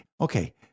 Okay